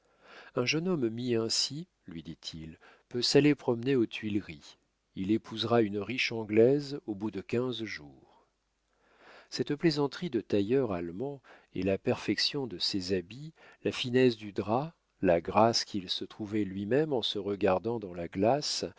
un jeune homme mis ainsi lui dit-il peut s'aller promener aux tuileries il épousera une riche anglaise au bout de quinze jours cette plaisanterie de tailleur allemand et la perfection de ses habits la finesse du drap la grâce qu'il se trouvait à lui-même en se regardant dans la glace